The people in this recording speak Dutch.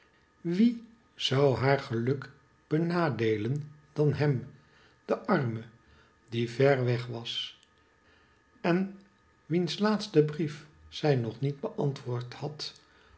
wie zoii haar geluk benadeelen dan hem den arme die ver was en wiens laatste brief zij nog niet beantwoord had